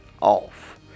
Off